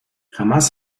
jamás